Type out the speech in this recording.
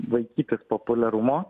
vaikytis populiarumo